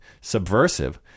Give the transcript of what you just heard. subversive